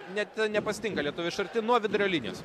net nepasitinka lietuvių iš arti nuo vidurio linijos